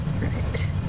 Right